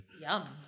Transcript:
Yum